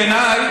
בעיניי,